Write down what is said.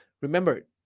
Remember